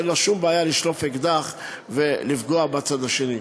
אין לו שום בעיה לשלוף אקדח ולפגוע בצד השני.